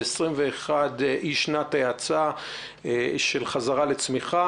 ו-2021 היא שנת ההאצה של חזרה לצמיחה